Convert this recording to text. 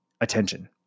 attention